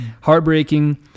heartbreaking